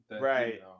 right